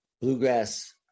bluegrass